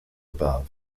above